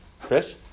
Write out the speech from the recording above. Chris